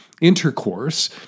intercourse